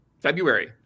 February